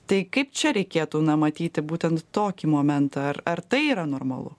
tai kaip čia reikėtų na matyti būtent tokį momentą ar ar tai yra normalu